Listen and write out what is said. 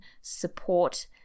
support